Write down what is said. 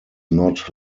not